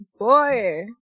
Boy